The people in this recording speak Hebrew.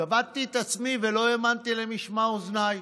צבטתי את עצמי ולא האמנתי למשמע אוזניי.